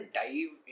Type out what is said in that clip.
dive